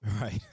Right